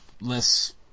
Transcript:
less